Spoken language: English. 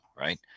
right